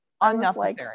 Unnecessary